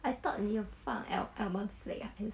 I thought 你要放 al~ almond flake ah 还